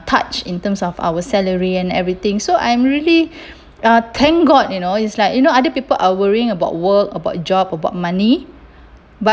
touched in terms of our salary and everything so I'm really uh thank god you know it's like you know other people are worrying about work about job about money but